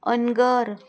Anagar